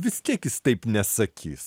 vis tiek jis taip nesakys